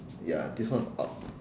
ya this one o~